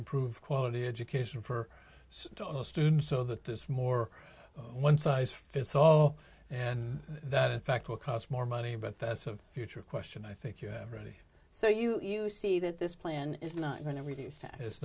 improve quality education for all students so that there's more one size fits all and that in fact will cost more money but that's a future question i think you have ready so you you see that this plan is not